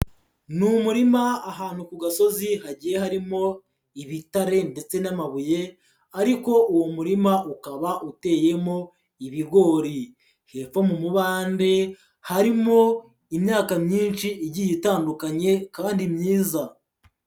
Ni umurima ahantu ku gasozi hagiye harimo ibitare ndetse n'amabuye, ariko uwo murima ukaba uteyemo ibigori, hepfo mu mubande harimo imyaka myinshi igiye itandukanye kandi myiza.